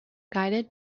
guided